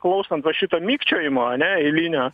klausant va šito mikčiojimo ane eilinio